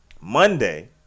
Monday